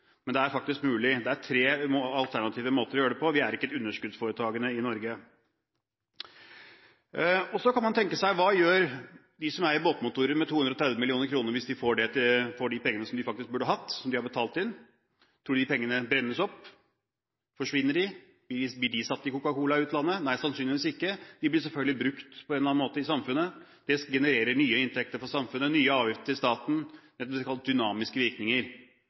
det er faktisk mulig. Det er tre alternative måter å gjøre det på. Norge er ikke et underskuddsforetagende. Så kan man tenke seg: Hva gjør de som eier båtmotorer, med 230 mill. kr hvis de hadde fått de pengene som de faktisk burde hatt, som de har betalt inn? Tror man de pengene brennes opp, forsvinner de, blir de satt i Coca Cola i utlandet? Nei, sannsynligvis ikke. De blir selvfølgelig brukt på en eller annen måte i samfunnet, de genererer nye inntekter for samfunnet, nye avgifter til staten – som blir kalt dynamiske virkninger. Så hver gang det blir en avgiftslettelse eller en skattelettelse har det dynamiske virkninger